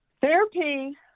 Therapy